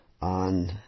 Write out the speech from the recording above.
on